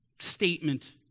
statement